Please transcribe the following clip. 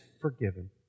forgiven